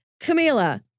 Camila